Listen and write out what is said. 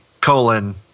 colon